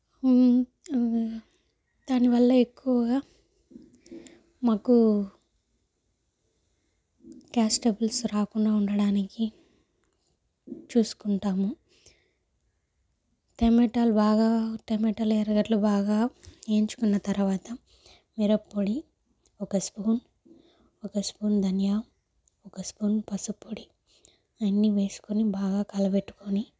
దాని వల్ల ఎక్కువగా మాకు గ్యాస్ ట్రబుల్స్ రాకుండా ఉండడానికి చూసుకుంటాము టమాటాలు బాగా టమాటాలు ఎర్రగడ్డలు బాగా వేయించుకున్న తర్వాత మిరప్పొడి ఒక స్పూన్ ఒక స్పూన్ ధనియా ఒక స్పూన్ పసుపు పొడి అన్ని వేసుకొని బాగా కలయపెట్టుకొని